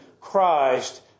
Christ